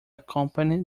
accompany